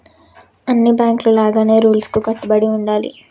అన్ని బాంకుల లాగానే రూల్స్ కు కట్టుబడి ఉండాలి